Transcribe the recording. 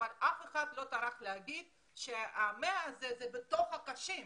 אבל אף אחד לא טרח להגיד שה-100 האלה הם בתוך החולים הקשים.